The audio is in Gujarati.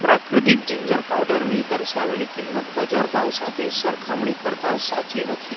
પ્રાક્રૃતિક જિંજર પાવડરની દર્શાવેલી કિંમત બજાર ભાવ સાથે સરખામણી કરતાં સાચી નથી